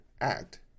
act